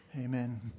Amen